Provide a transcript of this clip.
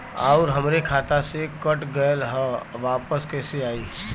आऊर हमरे खाते से कट गैल ह वापस कैसे आई?